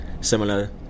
similar